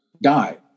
died